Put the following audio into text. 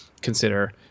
consider